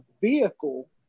vehicle